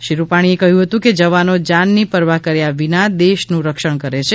શ્રી રુપાણીએ કહ્યું હતું કે જવાનો જાનની પરવા કર્યા વિના દેશનું રક્ષણ કરે છે